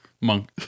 Monk